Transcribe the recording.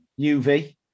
UV